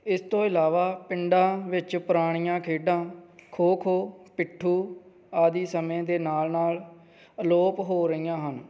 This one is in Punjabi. ਇਸ ਤੋਂ ਇਲਾਵਾ ਪਿੰਡਾਂ ਵਿੱਚ ਪੁਰਾਣੀਆਂ ਖੇਡਾਂ ਖੋ ਖੋ ਪਿੱਠੂ ਆਦਿ ਸਮੇਂ ਦੇ ਨਾਲ ਨਾਲ ਅਲੋਪ ਹੋ ਰਹੀਆਂ ਹਨ